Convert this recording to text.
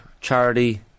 charity